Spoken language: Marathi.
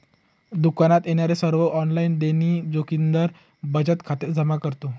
दुकानात येणारे सर्व ऑनलाइन देणी जोगिंदर बचत खात्यात जमा करतो